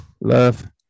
love